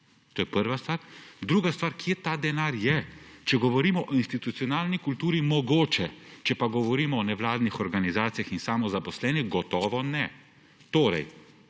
To je prva stvar. Druga stvar, kje ta denar je. Če govorimo o institucionalni kulturi, mogoče, če pa govorimo o nevladnih organizacijah in samozaposlenih, gotovo ne. Torej,